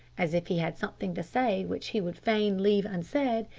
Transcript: as if he had something to say which he would fain leave unsaid,